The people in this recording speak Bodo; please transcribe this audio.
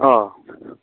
अ